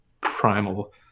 primal